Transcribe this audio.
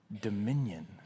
dominion